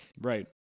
Right